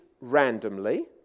randomly